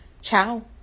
ciao